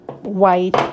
white